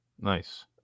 Nice